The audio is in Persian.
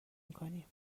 میکنیم